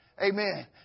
Amen